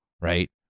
right